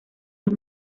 los